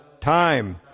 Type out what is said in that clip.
time